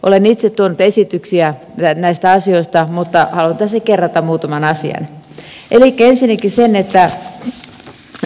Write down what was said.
olen itse tuonut esityksiä näistä asioista mutta haluaisin kerrata muutaman asian